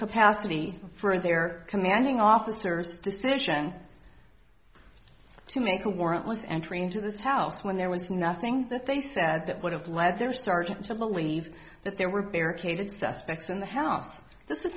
capacity for their commanding officers decision to make a warrantless entry into this house when there was nothing that they said that would have led there started to believe that there were barricaded suspects in the house this is